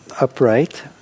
upright